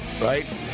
right